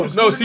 no